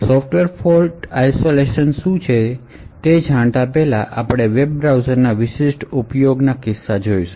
software fault isolation શું છે તે જોતાં પહેલાં આપણે વેબ બ્રાઉઝરનો યુઝકેસ જોશું